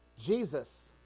Jesus